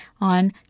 on